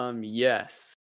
Yes